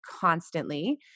constantly